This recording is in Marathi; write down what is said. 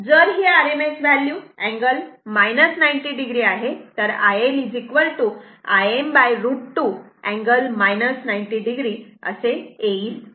जर ही RMS व्हॅल्यू अँगल 90 o आहे तर iL Im√ 2 अँगल 90 o येईल